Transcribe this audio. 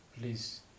Please